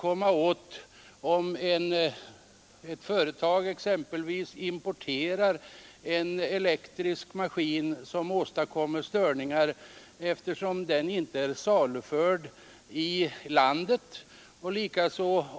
Om ett företag importerar en elektrisk maskin som åstadkommer störningar kan man inte heller komma åt detta eftersom maskinen inte är saluförd i landet.